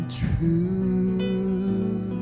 true